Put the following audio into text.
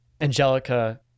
angelica